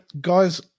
guys